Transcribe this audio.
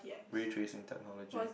retracing technology